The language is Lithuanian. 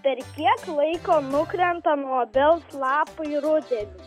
per kiek laiko nukrenta nuo obels lapai rudenį